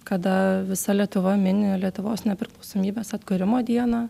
kada visa lietuva mini lietuvos nepriklausomybės atkūrimo dieną